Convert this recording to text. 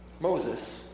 Moses